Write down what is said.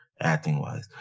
acting-wise